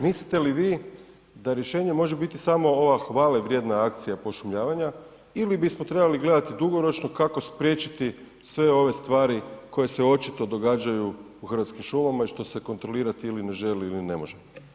Mislite li vi da rješenje može biti samo ova hvalevrijedna akcija pošumljavanja ili bismo trebali gledati dugoročno kako spriječiti sve ove stvari koje se očito događaju u Hrvatskim šumama i što se kontrolirati ili ne želi ili ne može?